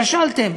כשלתם.